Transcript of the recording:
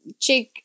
check